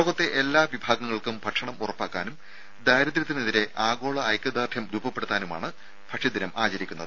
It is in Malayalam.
ലോകത്തെ എല്ലാ വിഭാഗങ്ങൾക്കും ഭക്ഷണമുറപ്പാക്കാനും ദാരിദ്ര്യത്തിനെതിരെ ആഗോള ഐക്യദാർഢ്യം രൂപപ്പെടുത്താനുമാണ് ഭക്ഷ്യദിനം ആചരിക്കുന്നത്